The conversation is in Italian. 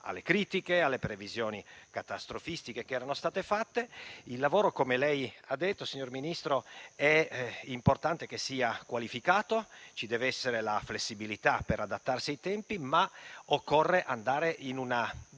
alle critiche e alle previsioni catastrofistiche che erano state fatte. Il lavoro - come lei ha detto, signor Ministro - è importante che sia qualificato; ci dev'essere la flessibilità per adattarsi ai tempi, ma occorre andare in una